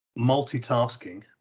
Multitasking